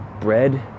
bread